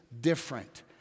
different